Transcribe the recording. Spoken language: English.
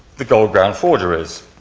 the gold ground forgeries.